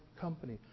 company